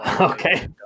Okay